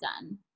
done